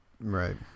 right